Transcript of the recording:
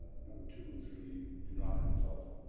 number two and three do not consult.